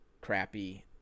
crappy